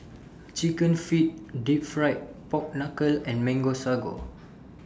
Chicken Feet Deep Fried Pork Knuckle and Mango Sago